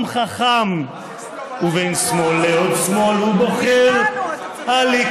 עם חכם / ובין שמאל לעוד שמאל הוא בוחר בליכוד.